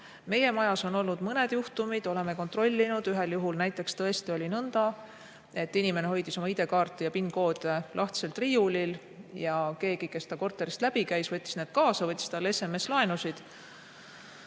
Meie majas on olnud mõned juhtumid, oleme kontrollinud. Ühel juhul näiteks tõesti oli nõnda, et inimene hoidis oma ID‑kaarti ja PIN‑koode lahtiselt riiulil ja keegi, kes ta korterist läbi käis, võttis need kaasa ja võttis tema nimel SMS‑laenusid.